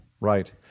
Right